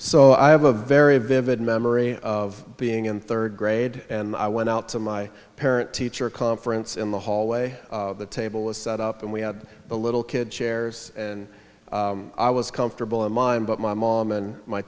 so i have a very vivid memory of being in third grade and i went out to my parent teacher conference in the hallway the table was set up and we had a little kid chairs and i was comfortable in mine but my mom and my